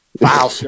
wow